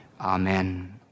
Amen